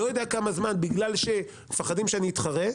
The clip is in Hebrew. לא יודע כמה זמן, בגלל שמפחדים שאני אתחרה,